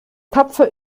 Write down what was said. tapfer